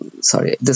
sorry